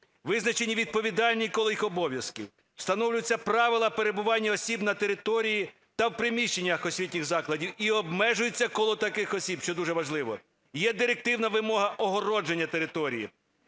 визначені відповідальні, коло їх обов'язків, встановлюються правила перебування осіб на території та в приміщеннях освітніх закладів і обмежується коло таких осіб, що дуже важливо. Є директивна вимога огородження території.